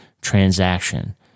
transaction